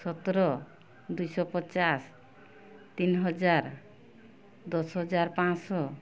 ସତର ଦୁଇଶହ ପଚାଶ ତିନି ହଜାର ଦଶ ହଜାର ପାଞ୍ଚ ଶହ